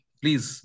please